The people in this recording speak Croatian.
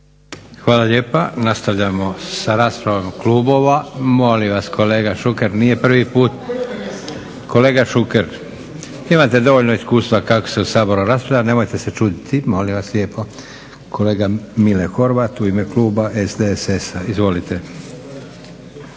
Hvala lijepa. Nastavljamo sa raspravom klubova. Molim vas, kolega Šuker, nije prvi put. Kolega Šuker, imate dovoljno iskustva kako se u Saboru raspravlja, nemojte se čuditi, molim vas lijepo. Kolega Mile Horvat, u ime kluba SDSS-a. Izvolite.